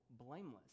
blameless